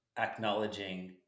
acknowledging